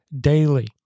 daily